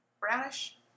brownish